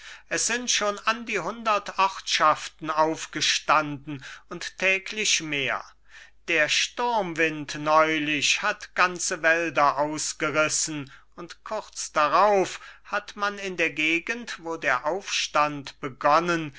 es sind schon an die hundert ortschaften aufgestanden und täglich mehr der sturmwind neulich hat ganze wälder ausgerissen und kurz darauf hat man in der gegend wo der aufstand begonnen